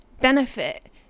benefit